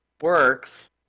works